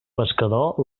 pescador